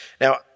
Now